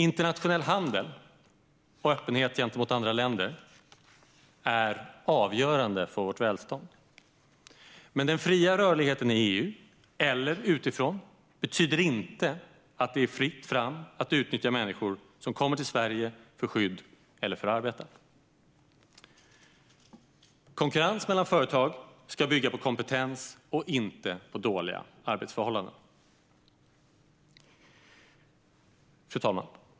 Internationell handel och öppenhet gentemot andra länder är avgörande för vårt välstånd. Men den fria rörligheten inom EU eller utanför EU betyder inte att det är fritt fram att utnyttja människor som kommer till Sverige för skydd eller för att arbeta. Konkurrens mellan företag ska bygga på kompetens och inte på inte på dåliga arbetsförhållanden. Fru talman!